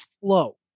flow